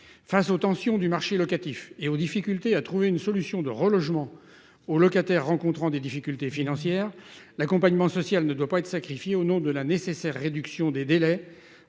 face aux tensions du marché locatif et aux difficultés à trouver une solution de relogement aux locataires rencontrant des difficultés financières, l'accompagnement social ne doit pas être sacrifiée au nom de la nécessaire réduction des délais